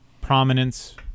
prominence